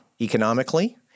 economically